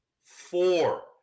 Four